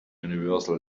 universal